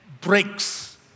breaks